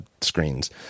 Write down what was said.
screens